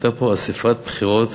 הייתה פה אספת בחירות